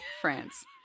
France